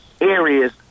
areas